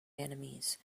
enemies